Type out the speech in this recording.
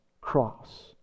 cross